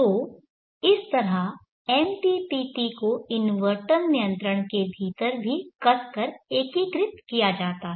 तो इस तरह MPPT को इन्वर्टर नियंत्रण के भीतर भी कसकर एकीकृत किया जाता है